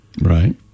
right